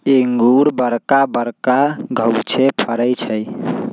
इंगूर बरका बरका घउछामें फ़रै छइ